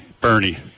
Bernie